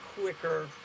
quicker